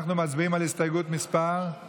אנחנו מצביעים על הסתייגות מס' 7?